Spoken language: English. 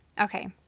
Okay